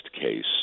case